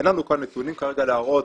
אין לנו כאן נתונים כרגע להראות,